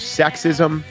sexism